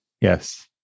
Yes